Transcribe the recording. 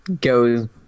go